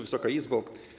Wysoka Izbo!